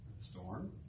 Storm